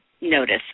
notice